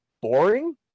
boring